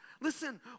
Listen